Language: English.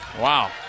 wow